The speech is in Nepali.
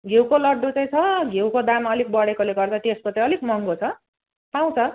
घिउको लड्डु चाहिँ छ घिउको दाम अलिक बढेकोले गर्दा त्यसको चाहिँ अलिक महँगो छ पाउँछ